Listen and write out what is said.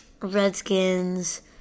Redskins